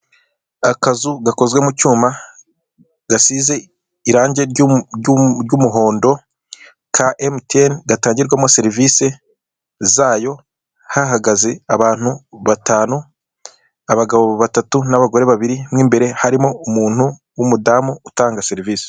Akazi gakozwe mucyumba gasize iragi ry'umuhondo ka MTN gatagirwamo serivise zayo hahagaze abantu batanu, harimo abagabo batatu n'abagore babiri mimbere harimo umuntu w'umudamu utanga serivise.